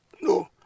No